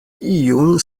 iun